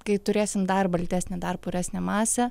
kai turėsim dar baltesnę dar puresnę masę